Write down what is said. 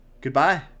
Goodbye